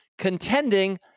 contending